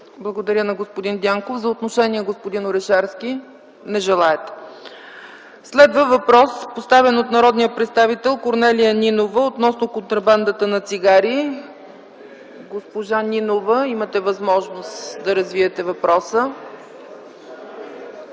Благодаря на господин Дянков. За отношение, господин Орешарски. Не желаете. Следва въпрос, поставен от народния представител Корнелия Нинова относно контрабандата на цигари. Госпожо Нинова, имате възможност да развиете въпроса.